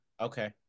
Okay